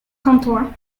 kantoor